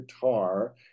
guitar